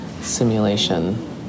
simulation